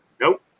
Nope